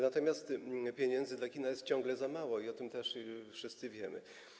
Natomiast pieniędzy dla kina jest ciągle za mało i o tym też wszyscy wiemy.